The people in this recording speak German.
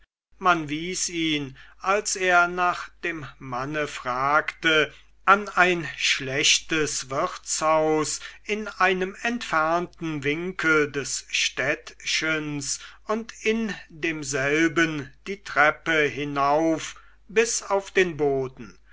man wies ihn als er nach dem manne fragte an ein schlechtes wirtshaus in einem entfernten winkel des städtchens und in demselben die treppe hinauf bis auf den boden